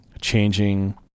changing